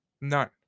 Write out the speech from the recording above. None